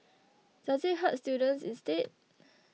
does it hurt students instead